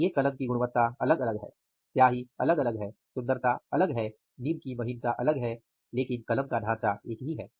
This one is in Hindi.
प्रत्येक कलम की गुणवत्ता अलग है स्याही अलग है सुन्दरता अलग हैं निब की महीनता अलग है टिप की लेकिन कलम का ढांचा एक ही है